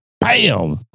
bam